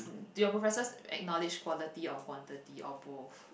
do your professors acknowledge quality or quantity or both